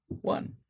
One